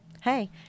Hey